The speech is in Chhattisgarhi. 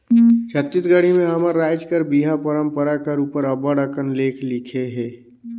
छत्तीसगढ़ी में हमर राएज कर बिहा परंपरा कर उपर अब्बड़ अकन लेख लिखे हे